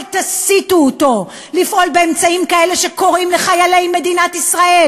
אל תסיתו אותו לפעול באמצעים כאלה שקוראים לחיילי מדינת ישראל,